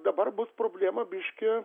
dabar bus problema biškį